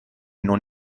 non